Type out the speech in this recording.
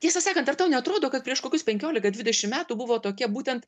tiesą sakant ar tau neatrodo kad prieš kokius penkiolika dvidešim metų buvo tokia būtent